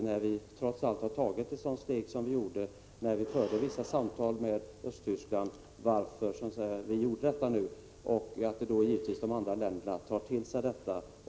När vi har tagit ett sådant steg som det innebar när vi förde vissa samtal med Östtyskland, kan det lätt hända att de andra länderna följer samma linje.